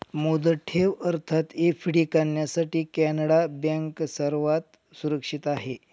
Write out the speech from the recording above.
मुदत ठेव अर्थात एफ.डी काढण्यासाठी कॅनडा बँक सर्वात सुरक्षित आहे